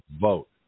vote